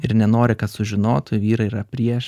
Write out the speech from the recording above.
ir nenori kad sužinotų vyrai yra prieš